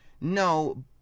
No